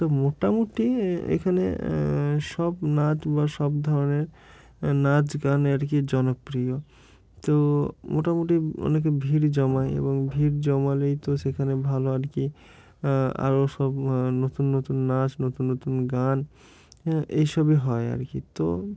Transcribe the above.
তো মোটামুটি এখানে সব নাচ বা সব ধরনের নাচ গান আর কি জনপ্রিয় তো মোটামুটি অনেকে ভিড় জমায় এবং ভিড় জমালেই তো সেখানে ভালো আর কি আরও সব নতুন নতুন নাচ নতুন নতুন গান এই সবই হয় আর কি তো